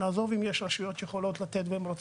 נעזוב לרגע את השאלה על רשויות שיכולות ורוצות